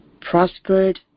Prospered